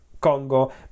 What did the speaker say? Congo